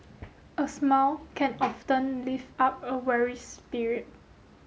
a smile can often lift up a weary spirit